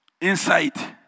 Insight